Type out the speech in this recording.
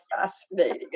fascinating